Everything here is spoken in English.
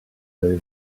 very